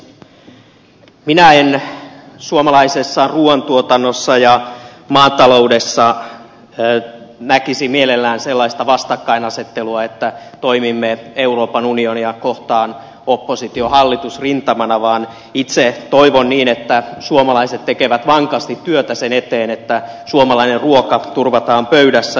minä en suomalaisessa ruuantuotannossa ja maataloudessa näkisi mielellään sellaista vastakkainasettelua että toimimme euroopan unionia kohtaan oppositiohallitus rintamana vaan itse toivon niin että suomalaiset tekevät vankasti työtä sen eteen että suomalainen ruoka turvataan pöydässä